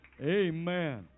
Amen